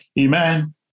Amen